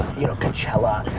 you know, coachella,